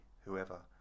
whoever